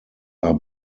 are